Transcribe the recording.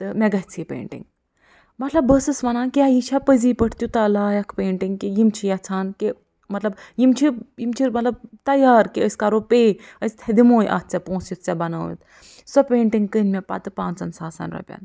تہٕ مےٚ گژھِ یہِ پینٛٹِنٛگ مطلب بہٕ ٲسٕس وَنان کیٛاہ یہِ چھا پٔزی پٲٹھۍ تیٛوٗتاہ لایِق پینٛٹِنٛگ کہِ یِم چھِ یژھان کہِ مطلب یِم چھِ یِم چھِ مطلب تیار کہِ أسۍ کَرَو پےٚ أسۍ دِمہوے اَتھ ژےٚ پۄنٛسہٕ یُتھ ژےٚ بنووُتھ سۄ پینٛٹِنٛگ کٕنۍ مےٚ پتہٕ پانٛژَن ساسَن رۄپیَن